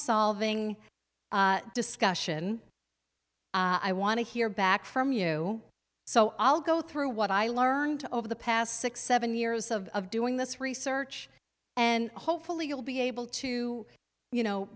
solving discussion i want to hear back from you so i'll go through what i learned over the past six seven years of doing this research and hopefully you'll be able to you know